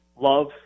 love